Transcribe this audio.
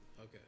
okay